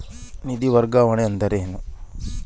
ನಿಧಿ ವರ್ಗಾವಣೆ ಅಂದರೆ ಏನು?